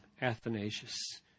Athanasius